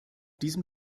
diesem